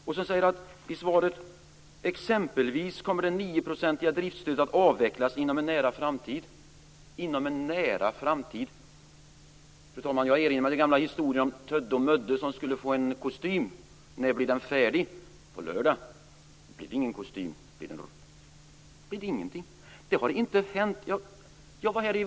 I svaret sägs också: "Exempelvis kommer det nioprocentiga driftsstödet att avvecklas inom en - nära framtid." "Inom en nära framtid", säger statsrådet. Jag erinrar mig, fru talman, den gamla historien om Tödde och Mödde som skulle få en kostym. När blir den färdig? På lördag. Men det bidde ingen kostym; det bidde ingenting.